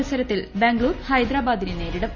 മത്സരത്തിൽ ബാംഗ്ലൂർ ഹൈദരാബാദിനെ നേരിടും